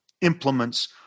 implements